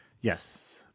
Yes